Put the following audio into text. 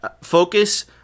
focus